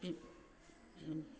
बि बिम